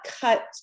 cut